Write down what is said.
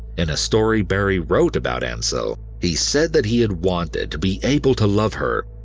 in a story barrie wrote about ansell, he said that he had wanted to be able to love her,